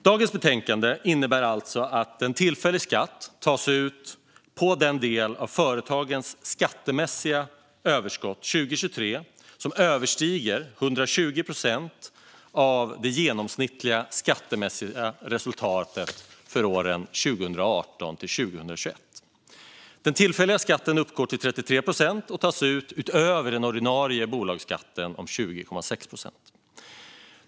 Dagens betänkande innebär alltså förslag om att en tillfällig skatt tas ut på den del av företagens skattemässiga överskott 2023 som överstiger 120 procent av det genomsnittliga skattemässiga resultatet för åren 2018-2021. Den tillfälliga skatten uppgår till 33 procent och tas ut utöver den ordinarie bolagsskatten om 20,6 procent.